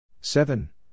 seven